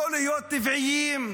לא להיות טבעיים,